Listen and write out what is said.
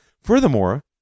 Furthermore